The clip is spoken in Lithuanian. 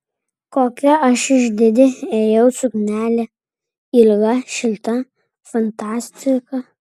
kokia aš išdidi ėjau suknelė ilga šilta fantastika